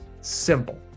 simple